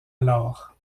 alors